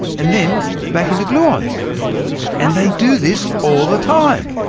and then back into gluons and they do this all the time!